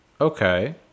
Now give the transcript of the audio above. Okay